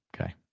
Okay